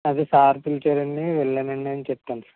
అదే సార్ పిలిచారని వెళ్లానని చెప్తాను సార్